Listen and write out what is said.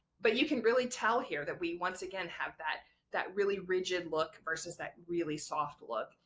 but you can really tell here that we once again have that that really rigid look versus that really soft look,